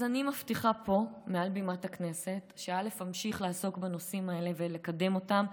אז אני מבטיחה פה מעל בימת הכנסת שאמשיך לעסוק בנושאים האלה ולקדם אותם,